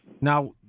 Now